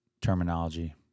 terminology